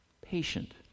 patient